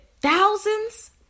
thousands